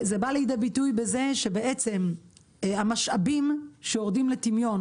זה בא לידי ביטוי שהמשאבים שיורדים לטמיון,